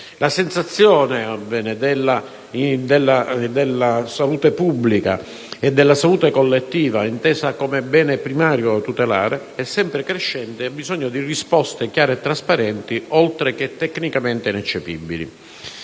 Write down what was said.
ambientali e di prevenzione della salute collettiva, intesa come bene primario da tutelare, è sempre crescente e ha bisogno di risposte chiare e trasparenti, oltre che tecnicamente ineccepibili.